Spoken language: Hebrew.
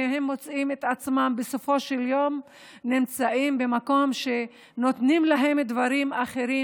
והם מוצאים את עצמם בסופו של יום נמצאים במקום שנותנים להם דברים אחרים,